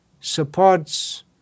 supports